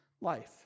life